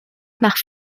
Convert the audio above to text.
nach